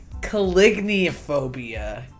calignophobia